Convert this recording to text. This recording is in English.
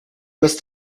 must